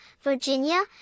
Virginia